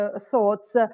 thoughts